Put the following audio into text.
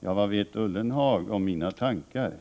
Ja, vad vet Ullenhag om mina tankar?